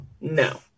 no